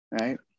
right